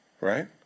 right